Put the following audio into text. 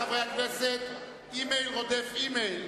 חברי חברי הכנסת, אימייל רודף אימייל.